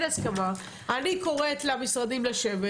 אני קוראת למשרדים לשבת,